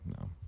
No